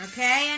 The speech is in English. Okay